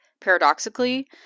paradoxically